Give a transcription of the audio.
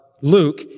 Luke